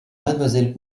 mademoiselle